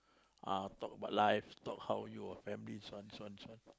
ah talk about your life talk about your family so on so on so on